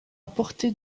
apporté